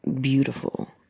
beautiful